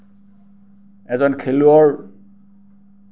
এজন খেলুৱৈৰ